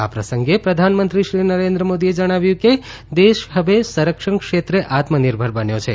આ પ્રસંગે પ્રધાનમંત્રી શ્રી નરેન્છ મોદીએ જણાવ્યું કે દેશ હવે સંરક્ષણ ક્ષેત્રે આત્મનિર્ભર બન્યો છે